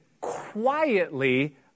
quietly